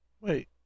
wait